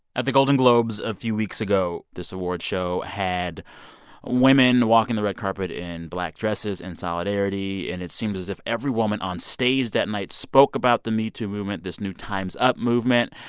at the golden globes a few weeks ago, this award show had women walking the red carpet in black dresses in solidarity. and it seemed as if every woman on stage that night spoke about the metoo movement this new times up movement.